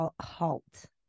halt